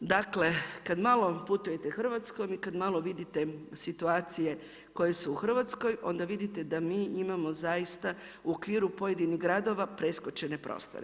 Dakle kada malo putujete Hrvatskom i kada malo vidite situacije koje su u Hrvatskoj onda vidite da mi imamo zaista u okviru pojedinih gradova preskočene prostore.